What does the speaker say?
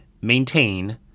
maintain